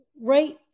right